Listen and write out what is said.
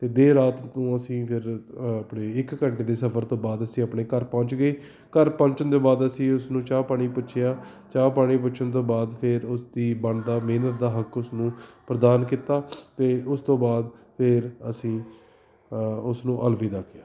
ਅਤੇ ਦੇਰ ਰਾਤ ਨੂੰ ਅਸੀਂ ਫਿਰ ਆਪਣੇ ਇੱਕ ਘੰਟੇ ਦੇ ਸਫਰ ਤੋਂ ਬਾਅਦ ਅਸੀਂ ਆਪਣੇ ਘਰ ਪਹੁੰਚ ਗਏ ਘਰ ਪਹੁੰਚਣ ਤੋਂ ਬਾਅਦ ਅਸੀਂ ਉਸਨੂੰ ਚਾਹ ਪਾਣੀ ਪੁੱਛਿਆ ਚਾਹ ਪਾਣੀ ਪੁੱਛਣ ਤੋਂ ਬਾਅਦ ਫਿਰ ਉਸਦੀ ਬਣਦਾ ਮਿਹਨਤ ਦਾ ਹੱਕ ਉਸਨੂੰ ਪ੍ਰਦਾਨ ਕੀਤਾ ਅਤੇ ਉਸ ਤੋਂ ਬਾਅਦ ਫਿਰ ਅਸੀਂ ਉਸ ਨੂੰ ਅਲਵਿਦਾ ਕਿਹਾ